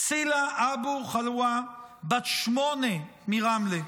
סילא אבו חלאוה, בת 8, מרמלה,